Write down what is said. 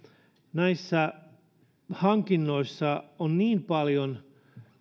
näissä hankinnoissa on niin paljon